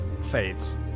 fades